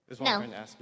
No